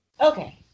Okay